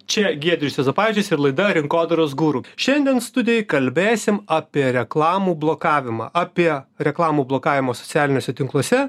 čia giedrius juozapavičius ir laida rinkodaros guru šiandien studijoj kalbėsim apie reklamų blokavimą apie reklamų blokavimo socialiniuose tinkluose